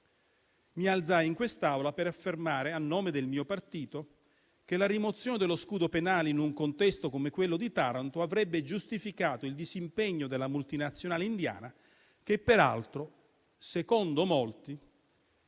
Mi alzai in quest'Aula per affermare, a nome del partito cui appartengo, che la rimozione dello scudo penale in un contesto come quello di Taranto avrebbe giustificato il disimpegno della multinazionale indiana, che peraltro, secondo i